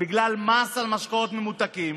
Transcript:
בגלל מס על משקאות ממותקים.